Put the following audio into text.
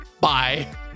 Bye